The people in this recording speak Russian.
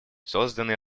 созданы